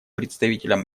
представителем